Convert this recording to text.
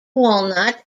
walnut